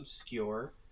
obscure